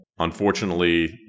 Unfortunately